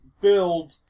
build